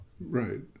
Right